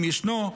אם ישנו,